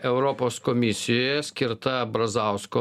europos komisijoje skirta brazausko